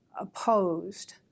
opposed